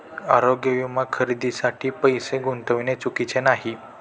आरोग्य विमा खरेदीसाठी पैसे गुंतविणे चुकीचे नाही